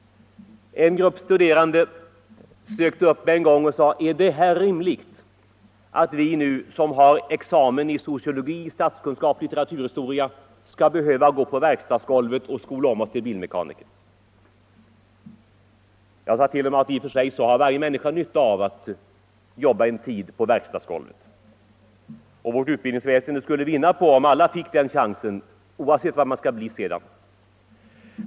En grupp studerande sökte en gång upp mig och frågade: Är det rimligt att vi som har examen i sociologi, statskunskap och litteraturhistoria skall behöva gå på verkstadsgolvet och skola om oss till bilmekaniker? Jag svarade att i och för sig har varje människa nytta av att jobba en tid på verkstadsgolvet, och vårt utbildningsväsende skulle vinna på om alla fick den chansen, oavsett vad man sedan skall bli.